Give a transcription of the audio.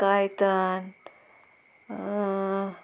Caitan